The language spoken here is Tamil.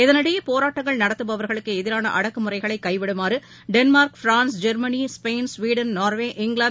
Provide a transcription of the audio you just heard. இதனிடையே போராட்டங்கள் நடத்தபவர்களுக்குஎதிரானஅடக்குமுறைகளைகவிடுமாறுடென்மார்க் France Germany Spain Sweden Norway இங்கிவாந்து